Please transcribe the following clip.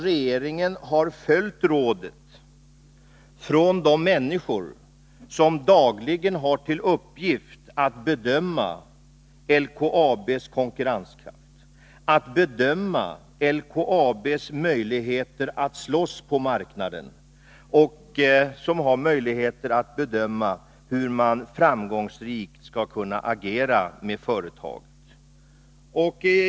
Regeringen har följt rådet från de människor som dagligen har till uppgift att bedöma LKAB:s konkurrenskraft, att bedöma LKAB:s möjligheter att slåss på marknaden, personer som har möjlighet att bedöma hur man framgångsrikt skall kunna agera med företaget.